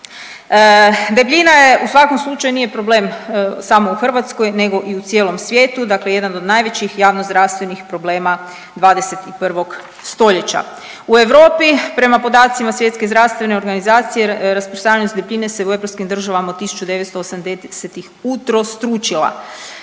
Debljina je u svakom slučaju nije problem samo u Hrvatskoj nego i u cijelom svijetu, dakle jedan od najvećih javnozdravstvenih problema 21. stoljeća. U Europi prema podacima SZO-a rasprostranjenost debljine se u europskim državama 1980.-tih utrostručila.